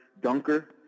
dunker